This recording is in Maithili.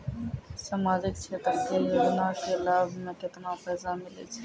समाजिक क्षेत्र के योजना के लाभ मे केतना पैसा मिलै छै?